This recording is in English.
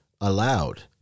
allowed